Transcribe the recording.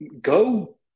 go